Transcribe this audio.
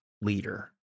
leader